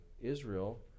Israel